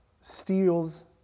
steals